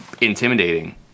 intimidating